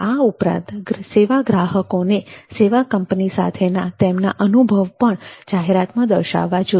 આ ઉપરાંત સેવા ગ્રાહકોને સેવા કંપની સાથેના તેમના અનુભવો સાથે પણ જાહેરાતમાં દર્શાવવા જોઈએ